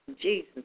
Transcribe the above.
Jesus